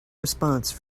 response